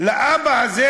לאבא הזה,